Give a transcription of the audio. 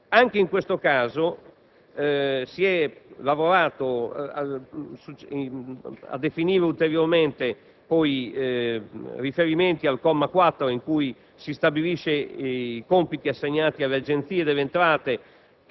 Anche in questo caso, si è lavorato a definire ulteriormente riferimenti al comma 4 in cui si stabiliscono i compiti assegnati all'Agenzia delle entrate,